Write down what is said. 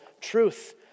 truth